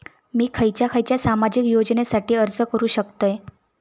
मी खयच्या खयच्या सामाजिक योजनेसाठी अर्ज करू शकतय?